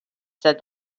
said